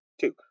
Two